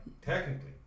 technically